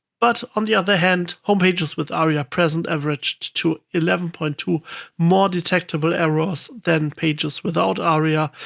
but on the other hand, home pages with aria present averaged to eleven point two more detectable errors than pages without aria.